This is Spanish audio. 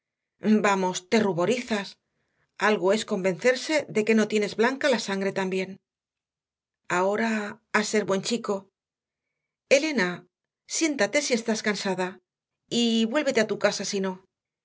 vamos te ruborizas algo es convencerse de que no tienes blanca la sangre también ahora a ser buen chico elena siéntate si estás cansada y vuélvete a tu casa si no